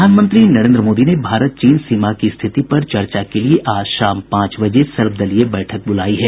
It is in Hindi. प्रधानमंत्री नरेन्द्र मोदी ने भारत चीन सीमा की स्थिति पर चर्चा के लिए आज शाम पांच बजे सर्वदलीय बैठक बुलाई है